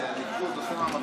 ציונית?